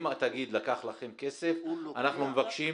אם התאגיד לקח לכם כסף, אנחנו מבקשים